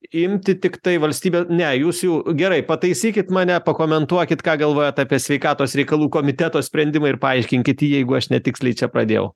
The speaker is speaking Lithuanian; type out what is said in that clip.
imti tiktai valstybė ne jūs jau gerai pataisykit mane pakomentuokit ką galvojat apie sveikatos reikalų komiteto sprendimą ir paaiškinkit jeigu aš netiksliai čia pradėjau